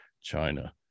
China